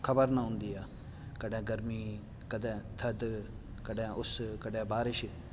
ख़बर न हूंदी आहे कॾहिं गर्मी कॾहिं थधि कॾहिं उस कॾहिं बारिश